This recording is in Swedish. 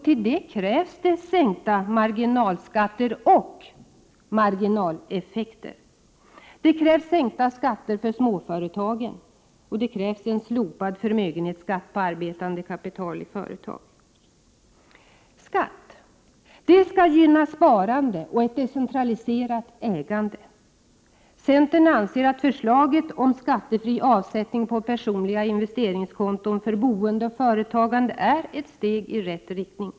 Till det krävs sänkta marginalskatter och marginaleffekter, sänkta skatter för småföretagen och slopad förmögenhetsskatt på arbetande kapital i företag. Skatt skall gynna sparande och ett decentraliserat ägande. Centern anser att förslaget om skattefri avsättning på personliga investeringskonton för boende och företagande är ett steg i rätt riktning.